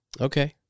Okay